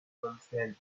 consent